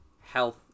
health